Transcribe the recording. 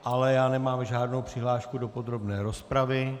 Ale já nemám žádnou přihlášku do podrobné rozpravy.